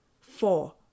Four